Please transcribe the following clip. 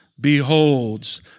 beholds